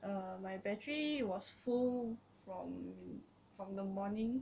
uh my battery was full from from the morning